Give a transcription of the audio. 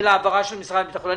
העברה של משרד הביטחון.